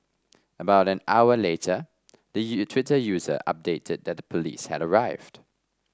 about an hour later the Twitter user updated that police had arrived